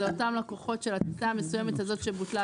אז לאותם לקוחות של הטיסה המסוימת הזאת שבוטלה,